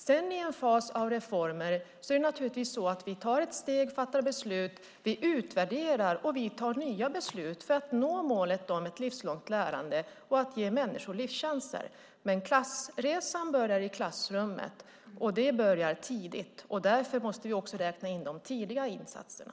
Sedan är det naturligtvis så att vi i en fas av reformer tar ett steg, fattar beslut, utvärderar och tar nya beslut för att nå målet om ett livslångt lärande och för att ge människor livschanser. Klassresan börjar dock i klassrummet, och den börjar tidigt. Därför måste vi också räkna in de tidiga insatserna.